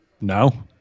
No